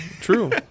true